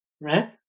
right